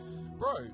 bro